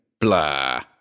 Blah